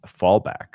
fallback